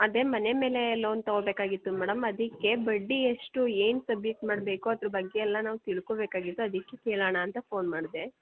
ಅದೇ ಮನೆ ಮೇಲೆ ಲೋನ್ ತಗೋಬೇಕಾಗಿತ್ತು ಮೇಡಮ್ ಅದಕ್ಕೆ ಬಡ್ಡಿ ಎಷ್ಟು ಏನು ಸಬ್ಮಿಟ್ ಮಾಡಬೇಕು ಅದ್ರ ಬಗ್ಗೆ ಎಲ್ಲ ನಾವು ತಿಳ್ಕೊಬೇಕಾಗಿತ್ತು ಅದಕ್ಕೆ ಕೇಳೋಣ ಅಂತ ಫೋನ್ ಮಾಡಿದೆ